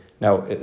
Now